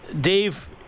Dave